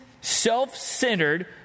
self-centered